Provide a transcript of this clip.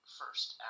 first